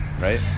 right